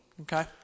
Okay